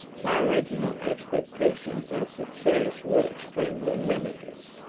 my original expectations of success were extremely limited.